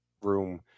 room